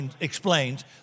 explains